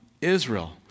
Israel